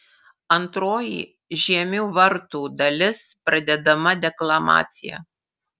antroji žiemių vartų dalis pradedama deklamacija